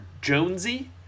Jonesy